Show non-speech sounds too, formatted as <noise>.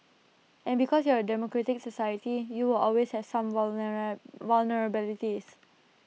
and because you're A democratic society you will always have some <unintelligible> vulnerabilities